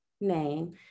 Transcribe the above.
name